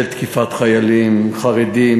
של תקיפת חיילים חרדים,